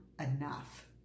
Enough